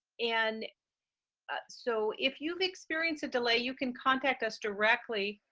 and so if you've experienced a delay, you can contact us directly.